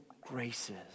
graces